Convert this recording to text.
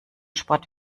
sport